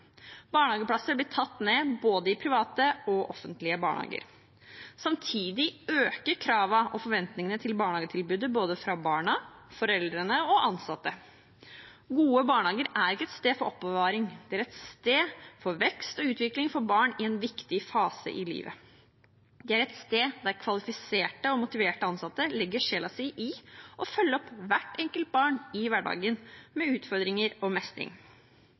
Barnehageplasser blir tatt ned, både i private og offentlige barnehager. Samtidig øker kravene og forventningene til barnehagetilbudet både fra barna, fra foreldrene og fra ansatte. Gode barnehager er ikke et sted for oppbevaring, det er et sted for vekst og utvikling for barn i en viktig fase i livet. Det er et sted der kvalifiserte og motiverte ansatte legger sjelen sin i å følge opp hvert enkelt barn med utfordringer og mestring i hverdagen. Politiske rammevilkår må trå til og